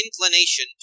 inclination